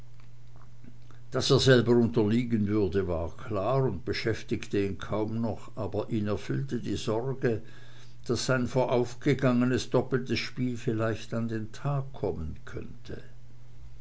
daß er selber unterliegen würde war klar und beschäftigte ihn kaum noch aber ihn erfüllte die sorge daß sein voraufgegangenes doppeltes spiel vielleicht an den tag kommen könne